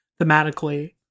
thematically